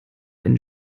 einen